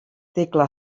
tecla